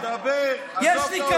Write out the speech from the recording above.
דבר, דבר, עזוב את האוזנייה.